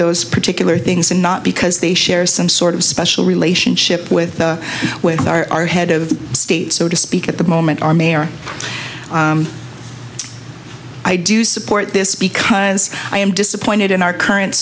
those particular things and not because they share some sort of special relationship with the with our head of state so to speak at the moment our mayor i do support this because i am disappointed in our current